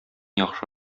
яхшы